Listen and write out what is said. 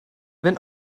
wenn